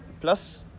plus